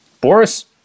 Boris